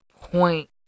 point